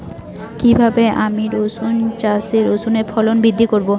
কীভাবে আমি রসুন চাষে রসুনের ফলন বৃদ্ধি করব?